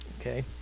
okay